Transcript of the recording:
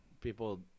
people